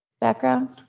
background